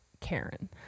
karen